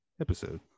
episode